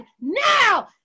now